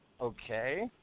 Okay